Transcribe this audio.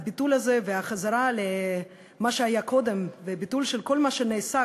הביטול הזה והחזרה למה שהיה קודם וביטול של כל מה שנעשה,